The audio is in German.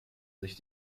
sich